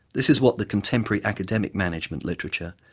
this is what the contemporary academic management literature,